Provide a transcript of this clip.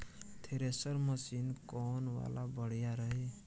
Thresher machine कौन वाला बढ़िया रही?